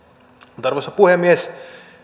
arvoisa puhemies